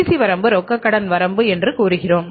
CC வரம்பு ரொக்க கடன் வரம்பு என்று கூறுகிறோம்